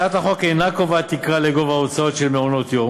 הצעת החוק אינה קובעת תקרה לגובה ההוצאות על מעונות-יום.